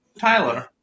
Tyler